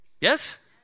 Yes